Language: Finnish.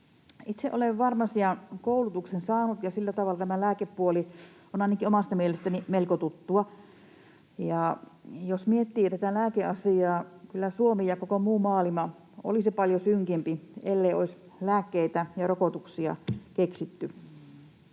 Itse olen farmasian koulutuksen saanut, ja sillä tavalla tämä lääkepuoli on ainakin omasta mielestäni melko tuttua. Jos miettii tätä lääkeasiaa, kyllä Suomi ja koko muu maailma olisivat paljon synkempiä, ellei olisi lääkkeitä ja rokotuksia keksitty.